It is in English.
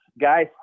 guys